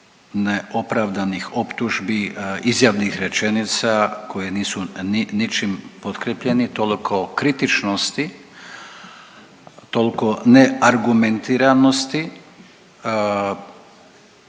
neopravdanih optužbi, izjavnih rečenica koje nisu ničim potkrijepljeni, toliko kritičnosti, toliko neargumentiranosti,